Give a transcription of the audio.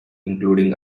including